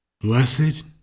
Blessed